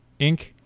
Inc